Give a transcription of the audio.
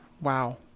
wow